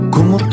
Como